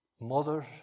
Mothers